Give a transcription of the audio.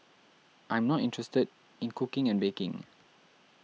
I'm not interested in cooking and baking